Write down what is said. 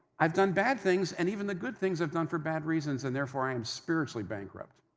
i've done bad things, and even the good things i've done for bad reasons, and therefore, i am spiritually bankrupt.